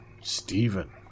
Stephen